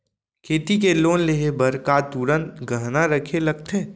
खेती के लोन लेहे बर का तुरंत गहना रखे लगथे?